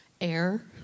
AIR